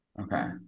Okay